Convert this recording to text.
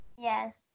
yes